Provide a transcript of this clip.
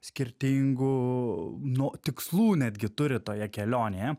skirtingų nu tikslų netgi turi toje kelionėje